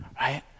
right